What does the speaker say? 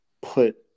put